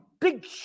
big